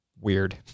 weird